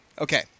Okay